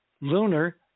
lunar